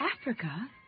Africa